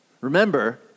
Remember